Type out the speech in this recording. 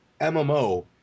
MMO